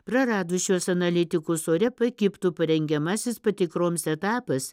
praradus šiuos analitikus ore pakibtų parengiamasis patikroms etapas